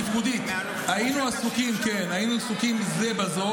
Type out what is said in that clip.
איפה עושים פיפי זה לא,